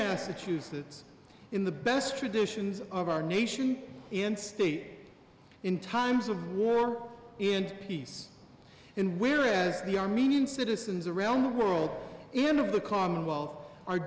massachusetts in the best traditions of our nation state in times of war and peace and where as the armenian citizens around the world and of the commonwealth are